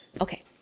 Okay